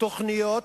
תוכניות